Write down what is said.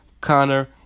Connor